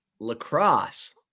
lacrosse